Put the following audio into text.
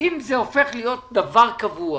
אם זה הופך להיות דבר קבוע